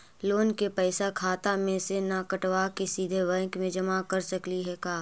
Loan के पैसा खाता मे से न कटवा के सिधे बैंक में जमा कर सकली हे का?